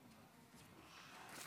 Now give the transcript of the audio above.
רבותיי